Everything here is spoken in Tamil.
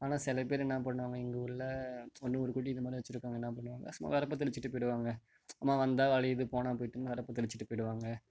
ஆனால் சில பேர் என்ன பண்ணுவாங்க எங்கள் ஊரில் நூறு குழிக்கு மேலே வச்சுருக்கவுங்க என்ன பண்ணுவாங்க சும்மா வரப்ப தெளிச்சுட்டு போய்விடுவாங்க வந்தால் விளையிது போனால் போய்விட்டுன்னு வரப்ப தெளிச்சுட்டு போய்விடுவாங்க